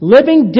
Living